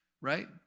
right